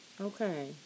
Okay